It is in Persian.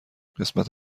قسمت